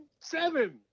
seven